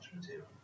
material